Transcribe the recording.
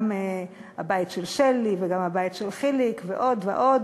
גם הבית של שלי וגם הבית של חיליק ועוד ועוד,